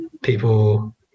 people